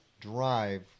drive